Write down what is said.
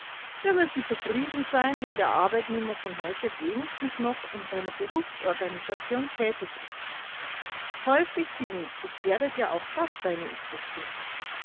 wir müssen zufrieden sein wenn der arbeitnehmer von heute wenigstens noch in seiner berufsorganisation tätig ist häufig genug gefährdet ja auch das seine existenz